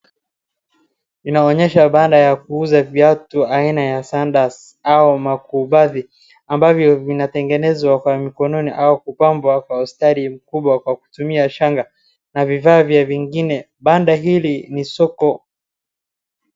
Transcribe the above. Inaonyesha bannda ya kuuza kiatu aina ya sandals ua makubadhi ambavyo vinatengenezwa kwa mkononi au kupambwa kwa ustadi mkubwa kwa kutumia shanga na vifaa vya vingine banda hili ni soko.